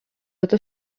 это